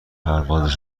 پرواز